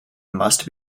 must